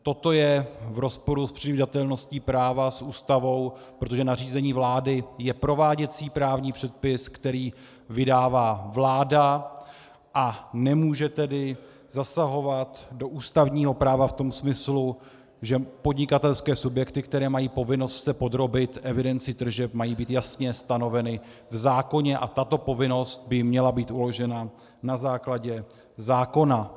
Toto je v rozporu s přijatelností práva, s Ústavou, protože nařízení vlády je prováděcí právní předpis, který vydává vláda, a nemůže tedy zasahovat do ústavního práva v tom smyslu, že podnikatelské subjekty, které mají povinnost se podrobit evidenci tržeb, mají být jasně stanoveny v zákoně a tato povinnost by měla být uložena na základě zákona.